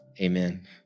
Amen